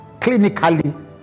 Clinically